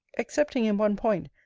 excepting in one point,